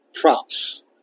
props